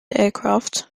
aircraft